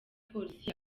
polisi